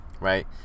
right